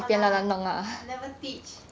!walao! never teach